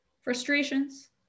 frustrations